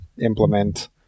implement